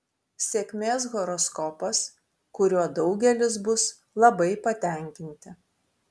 sėkmės horoskopas kuriuo daugelis bus labai patenkinti